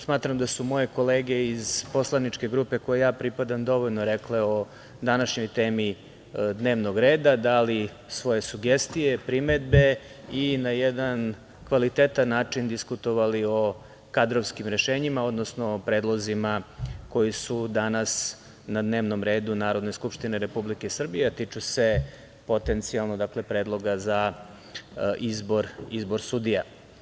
Smatram da su moje kolege iz poslaničke grupe kojoj pripadam dovoljno rekle o današnjoj temi dnevnog reda, dali svoje sugestije, primedbe i na jedan kvalitetan način diskutovali o kadrovskim rešenjima, odnosno o predlozima koji su danas na dnevnom redu Narodne skupštine Republike Srbije, a tiču se potencijalnog predloga za izbor sudija.